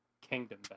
Kingdom